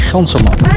Ganselman